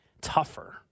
Tougher